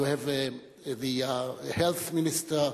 You have the Health Minister,